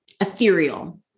ethereal